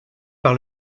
par